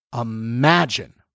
imagine